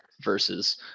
versus